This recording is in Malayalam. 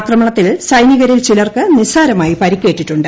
ആക്രമണത്തിൽ സൈനികരിൽ ചിലർക്ക് നിസാരമായി പരിക്കേറ്റിട്ടുണ്ട്